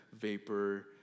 vapor